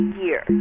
year